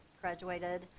graduated